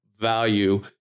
value